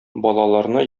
балаларны